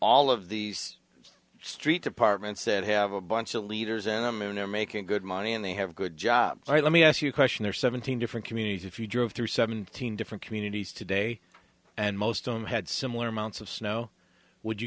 all of these street departments said have a bunch of leaders and i mean they're making good money and they have good jobs all right let me ask you question there seventeen different communities if you drove through seventeen different communities today and most of them had similar amounts of snow would you